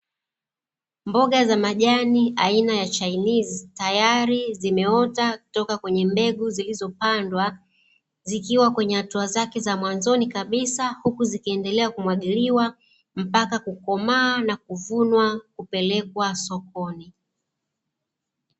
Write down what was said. Mboga za majani aina ya chainizi tayari zimeota kutoka kwenye mbegu zilizopandwa zikiwa kwenye hatua zake za mwanzoni kabisa, huku zikiendelea kumwagiliwa mpaka kukomaa na kuvunwa kupelekwa sokoni.